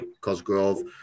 Cosgrove